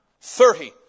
Thirty